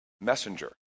messenger